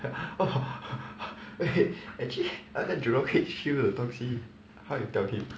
eh actually 那个 jurong H_Q 的东西 how you tell him